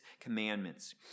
commandments